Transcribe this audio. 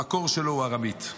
המקור שלו הוא ארמית: